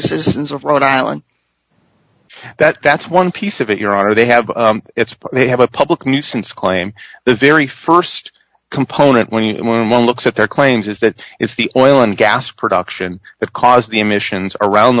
the citizens of rhode island that that's one piece of it your honor they have it's but they have a public nuisance claim the very st component when it when one looks at their claims is that it's the oil and gas production that cause the emissions around